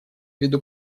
виду